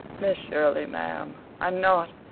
miss shirley, ma'am, i'm not!